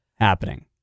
happening